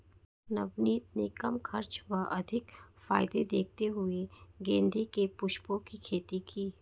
नवनीत ने कम खर्च व अधिक फायदे देखते हुए गेंदे के पुष्पों की खेती की